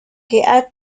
que